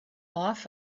off